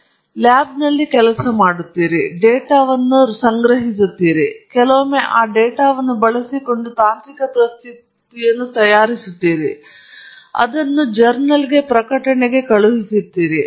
ನೀವು ಲ್ಯಾಬ್ನಲ್ಲಿ ಕೆಲಸ ಮಾಡುತ್ತಿದ್ದೀರಿ ನೀವು ಡೇಟಾವನ್ನು ರಚಿಸುತ್ತಿದ್ದೀರಿ ಮತ್ತು ಕೆಲವೊಮ್ಮೆ ನೀವು ಆ ಡೇಟಾವನ್ನು ಬಳಸಿಕೊಂಡು ತಾಂತ್ರಿಕ ಪ್ರಸ್ತುತಿಯನ್ನು ತಯಾರಿಸುತ್ತಾರೆ ಕೆಲವೊಮ್ಮೆ ನೀವು ಅದನ್ನು ಜರ್ನಲ್ ಅನ್ನು ಪ್ರಕಟಿಸುತ್ತೀರಿ